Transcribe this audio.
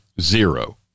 zero